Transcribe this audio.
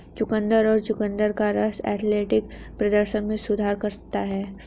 चुकंदर और चुकंदर का रस एथलेटिक प्रदर्शन में सुधार कर सकता है